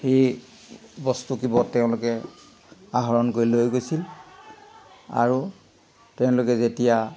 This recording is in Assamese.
সেই বস্তুকেইপদ তেওঁলোকে আহৰণ কৰি লৈ গৈছিল আৰু তেওঁলোকে যেতিয়া